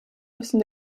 müssen